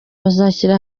bazashyira